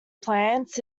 plants